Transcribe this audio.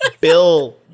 Bill